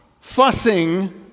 fussing